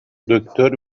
دکتر